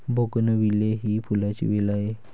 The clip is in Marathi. बोगनविले ही फुलांची वेल आहे